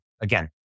again